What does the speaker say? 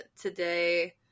today